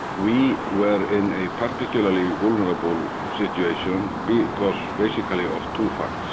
we were in a particularly vulnerable situation because basically of two facts.